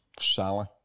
Sally